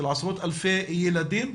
של עשרות אלפי ילדים.